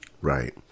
Right